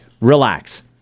relax